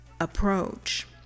approach